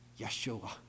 Yeshua